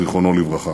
זיכרונו לברכה.